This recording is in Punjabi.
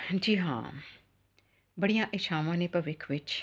ਜੀ ਹਾਂ ਬੜੀਆਂ ਇਛਾਵਾਂ ਨੇ ਭਵਿੱਖ ਵਿੱਚ